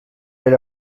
per